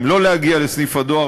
אם לא להגיע לסניף הדואר.